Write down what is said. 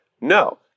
No